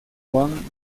juan